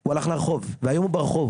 הוא הלך לרחוב, והיום הוא ברחוב.